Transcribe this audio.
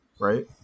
Right